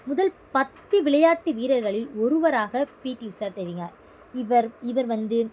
முதல் பத்து விளையாட்டு வீரர்களில் ஒருவராக பிடி உஷா தெரிகிறார் இவர் இவர் வந்து